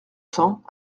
cents